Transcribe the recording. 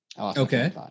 Okay